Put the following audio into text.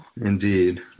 Indeed